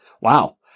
Wow